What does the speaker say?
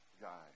guy